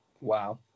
wow